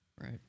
Right